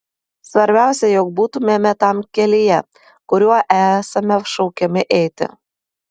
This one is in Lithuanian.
svarbiausia jog būtumėme tam kelyje kuriuo esame šaukiami eiti